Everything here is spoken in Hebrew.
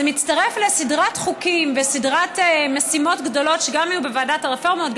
זה מתווסף לסדרת חוקים וסדרת משימות גדולות שהיו גם בוועדת הרפורמות,